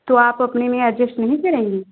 तो आप अपने में ऐडजश्ट नहीं करेंगी